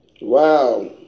Wow